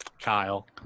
Kyle